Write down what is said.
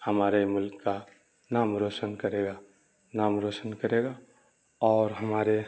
ہمارے ملک کا نام روشن کرے گا نام روشن کرے گا اور ہمارے